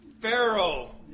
Pharaoh